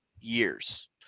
years